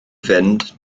fynd